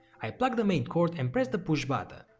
i plug the main cord and press the push but